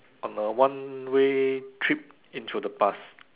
on a one way trip into the past